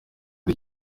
ari